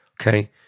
okay